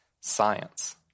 science